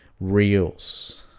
Reels